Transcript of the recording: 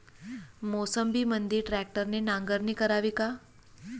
मोसंबीमंदी ट्रॅक्टरने नांगरणी करावी का?